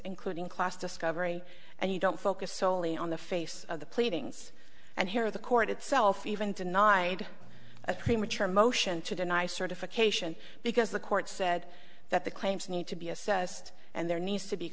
including class discovery and you don't focus solely on the face of the pleadings and here the court itself even denied a premature motion to deny certification because the court said that the claims need to be a says and there needs to be